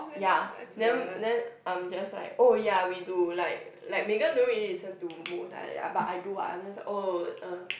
ya then then I'm just like oh ya we do like like Megan don't really listen to most uh like that but I do uh oh uh